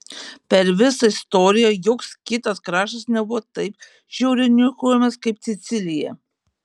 per visą istoriją joks kitas kraštas nebuvo taip žiauriai niokojamas kaip sicilija